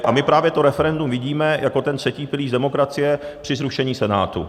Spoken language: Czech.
A my právě to referendum vidíme jako ten třetí pilíř demokracie při zrušení Senátu.